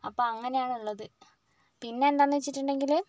അപ്പം അങ്ങനെയാണ് ഉള്ളത് പിന്നെയെന്താണെന്ന് വച്ചിട്ടുണ്ടെങ്കിൽ